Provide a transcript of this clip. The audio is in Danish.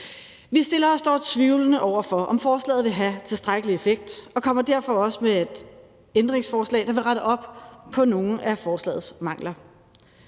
Vi stiller os dog tvivlende over for, om forslaget vil have tilstrækkelig effekt, og kommer derfor også med et ændringsforslag, der vil rette op på nogle af forslagets mangler.